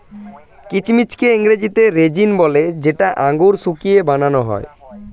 কিচমিচকে ইংরেজিতে রেজিন বলে যেটা আঙুর শুকিয়ে বানান হয়